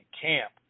camp